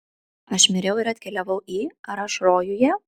aš miriau ir atkeliavau į ar aš rojuje